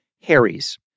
Harry's